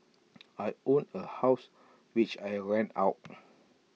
I own A house which I rent out